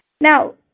Now